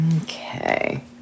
Okay